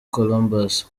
columbus